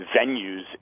venues